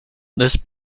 this